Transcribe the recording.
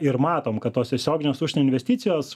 ir matom kad tos tiesioginės užsienio investicijos